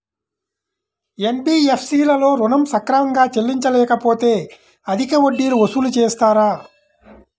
NBFC లలో ఋణం సక్రమంగా చెల్లించలేకపోతె అధిక వడ్డీలు వసూలు చేస్తారా?